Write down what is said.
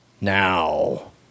Now